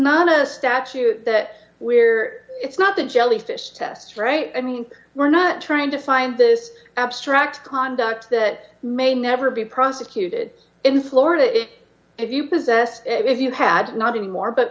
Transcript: not a statute that we're it's not the jellyfish test right i mean we're not trying to find this abstract conduct that may never be prosecuted in florida it if you possess if you had nothing more but